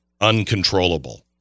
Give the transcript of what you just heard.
uncontrollable